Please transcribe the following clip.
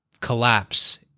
collapse